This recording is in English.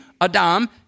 adam